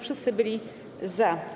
Wszyscy byli za.